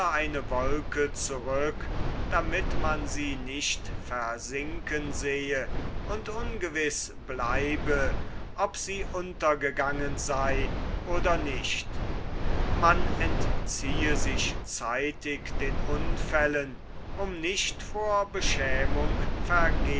eine wolke zurück damit man sie nicht versinken sehe und ungewiß bleibe ob sie untergegangen sei oder nicht man entziehe sich zeitig den unfällen um nicht vor